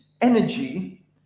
energy